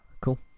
cool